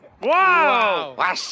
Wow